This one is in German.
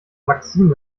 maxime